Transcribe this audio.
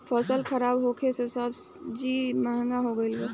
फसल खराब होखे से सब चीज महंगा हो गईल बा